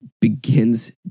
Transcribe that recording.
begins